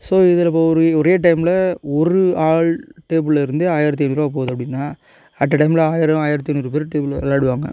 so இதில் இப்போ ஒரு ஒரே டைம்மில ஒரு ஆள் டேபிள்லேருந்தே ஆயிரத்து ஐந்நூறுரூவா போவது அப்படினா அட்டை டைம்மில ஆயிரம் ஆயிரத்து ஐந்நூறு பேர் டீம்மில விளாடுவாங்க